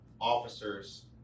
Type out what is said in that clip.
officers